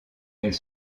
elle